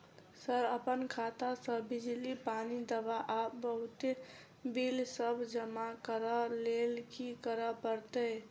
Sir अप्पन खाता सऽ बिजली, पानि, दवा आ बहुते बिल सब जमा करऽ लैल की करऽ परतै?